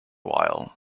while